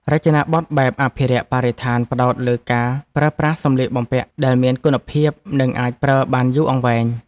រចនាប័ទ្មបែបអភិរក្សបរិស្ថានផ្តោតលើការប្រើប្រាស់សម្លៀកបំពាក់ដែលមានគុណភាពនិងអាចប្រើបានយូរអង្វែង។